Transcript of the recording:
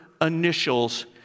initials